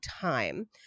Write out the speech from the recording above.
time